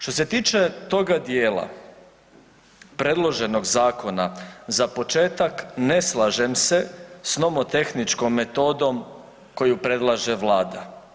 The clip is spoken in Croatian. Što se tiče toga dijela predloženog zakona za početak ne slažem se s nomotehničkom metodom koju predlaže vlada.